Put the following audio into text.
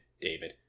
David